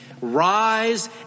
Rise